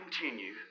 continue